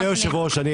אדוני היושב ראש,